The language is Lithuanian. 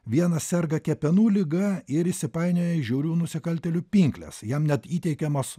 vienas serga kepenų liga ir įsipainioja į žiaurių nusikaltėlių pinkles jam net įteikiamas